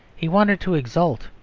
he wanted to exult,